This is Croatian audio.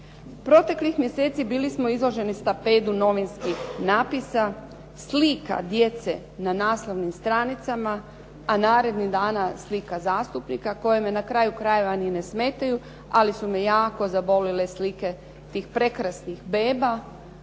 Proteklih mjeseci bili smo izloženi stampedu novinskih napisa, slika djece na naslovnim stranicama, a narednih dana slika zastupnika koje me na kraju krajeva ni ne smetaju ali su me jako zabolile slike tih prekrasnih beba